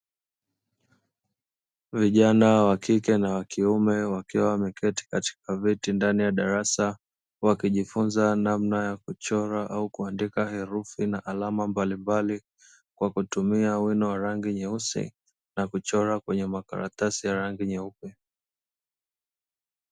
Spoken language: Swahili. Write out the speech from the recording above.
Vijana wakike na wa kiume, wakiwa wameketi katika viti ndani ya darasa, wakijifunza namna ya kuchora au kuandika herufi na alama mbalimbali, kwa kutumia wino wa rangi nyeusi na kuchora kwenye makaratasi ya rangi nyeupe.